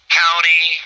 county